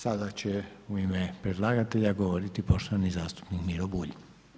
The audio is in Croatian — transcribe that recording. Sada će u ime predlagatelja govoriti poštovani zastupnik Miro Bulj.